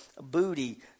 booty